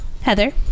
Heather